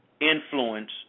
influence